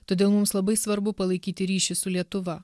todėl mums labai svarbu palaikyti ryšį su lietuva